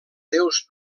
déus